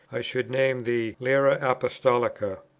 i should name the lyra apostolica.